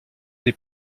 des